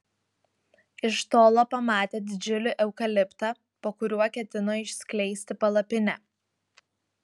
iš tolo pamatė didžiulį eukaliptą po kuriuo ketino išskleisti palapinę